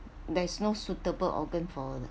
there is no suitable organ for the